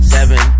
Seven